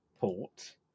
port